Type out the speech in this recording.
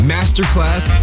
Masterclass